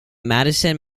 madison